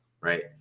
right